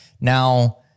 Now